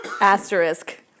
Asterisk